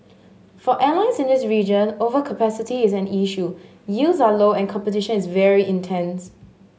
for airlines in this region overcapacity is an issue yields are low and competition is very intense